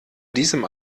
diesem